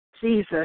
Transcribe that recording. Jesus